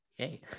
Okay